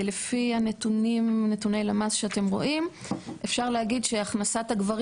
לפי נתוני למ"ס שאתם רואים אפשר להגיד שהכנסת הגברים